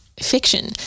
fiction